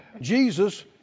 Jesus